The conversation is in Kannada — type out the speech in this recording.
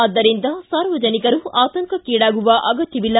ಆದ್ದರಿಂದ ಸಾರ್ವಜನಿಕರು ಆತಂಕಕ್ಕೀಡಾಗುವ ಅಗತ್ವವಿಲ್ಲ